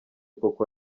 koko